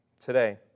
today